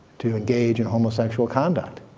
to engage in homosexual conduct.